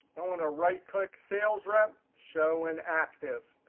i'm going to right click salesrep, show in active.